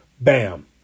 Bam